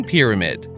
Pyramid